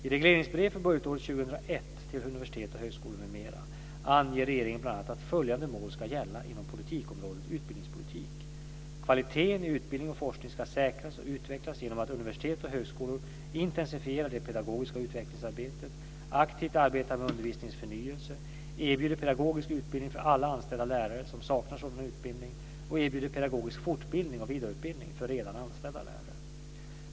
I regleringsbrev för budgetåret 2001 till universitet och högskolor m.m. anger regeringen bl.a. att följande mål ska gälla inom politikområdet utbildningspolitik: Kvaliteten i utbildning och forskning ska säkras och utvecklas genom att universitet och högskolor - intensifierar det pedagogiska utvecklingsarbetet, - aktivt arbetar med undervisningens förnyelse, - erbjuder pedagogisk utbildning för alla anställda lärare som saknar sådan utbildning, och - erbjuder pedagogisk fortbildning och vidareutbildning för redan anställda lärare.